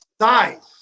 size